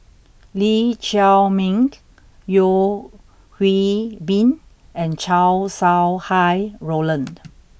Lee Chiaw Meng Yeo Hwee Bin and Chow Sau Hai Roland